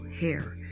hair